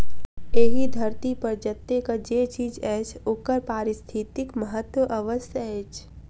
एहि धरती पर जतेक जे चीज अछि ओकर पारिस्थितिक महत्व अवश्य अछि